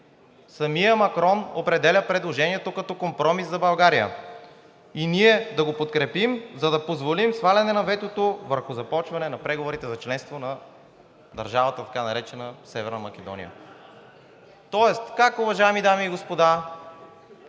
самият Макрон определя предложението като компромис за България и ние да го подкрепим, за да позволим сваляне на ветото върху започване на преговорите за членство на държавата, така наречена Северна Македония. Тоест как, уважаеми дами и господа